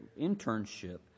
internship